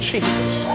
Jesus